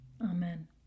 Amen